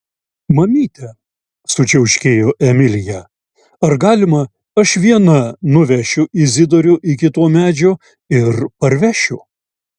mamyte sučiauškėjo emilija ar galima aš viena nuvešiu izidorių iki to medžio ir parvešiu